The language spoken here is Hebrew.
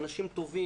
אנשים טובים,